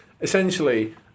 essentially